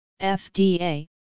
fda